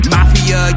Mafia